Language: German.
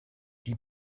die